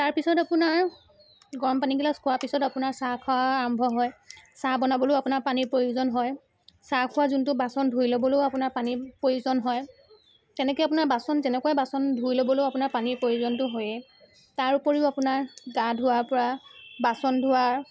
তাৰপিছত আপোনাৰ গৰমপানী গিলাচ খোৱাৰ পাছত আপোনাৰ চাহ খোৱা আৰম্ভ হয় চাহ বনাবলৈও আপোনাৰ পানী প্ৰয়োজন হয় চাহ খোৱা যোনটো বাচন ধুই ল'বলৈও আপোনাৰ পানীৰ প্ৰয়োজন হয় তেনেকৈ আপোনাৰ বাচন যেনেকুৱাই বাচন ধুই ল'বলৈও আপোনাৰ পানীৰ প্ৰয়োজন হয়েই তাৰ উপৰিও আপোনাৰ গা ধোৱাৰ পৰা বাচন ধোৱা